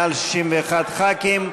מעל 61 חברי הכנסת.